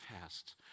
past